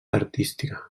artística